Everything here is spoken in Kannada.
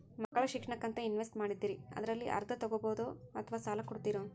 ಮಕ್ಕಳ ಶಿಕ್ಷಣಕ್ಕಂತ ಇನ್ವೆಸ್ಟ್ ಮಾಡಿದ್ದಿರಿ ಅದರಲ್ಲಿ ಅರ್ಧ ತೊಗೋಬಹುದೊ ಅಥವಾ ಸಾಲ ಕೊಡ್ತೇರೊ?